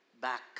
back